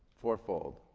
fourfold.